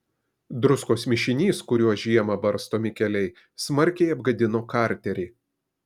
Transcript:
druskos mišinys kuriuo žiemą barstomi keliai smarkiai apgadino karterį